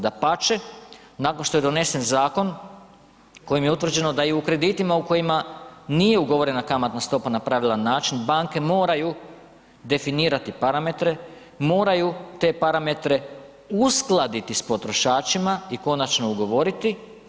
Dapače, nakon što je donesen zakon kojim je utvrđeno da i u kreditima u kojima nije ugovorena kamatna stopa na pravilan način banke moraju definirati parametre, moraju te parametre uskladiti s potrošačima i konačno ugovoriti.